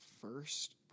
first